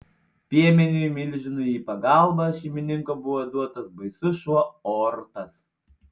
piemeniui milžinui į pagalbą šeimininko buvo duotas baisus šuo ortas